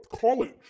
college